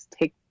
take